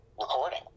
recording